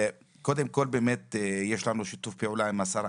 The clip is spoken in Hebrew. קודם כל, באמת יש לנו שיתוף פעולה עם השרה